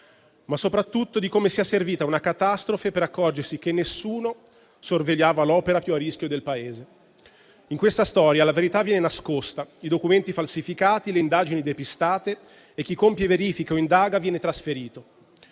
Ma soprattutto, di come sia servita una catastrofe per accorgersi che nessuno sorvegliava l'opera più a rischio del Paese. In questa storia la verità viene nascosta, i documenti falsificati, le indagini depistate, e chi compie verifiche o indaga viene trasferito.